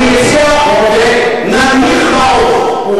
אני מציע שננמיך מעוף.